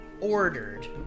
ordered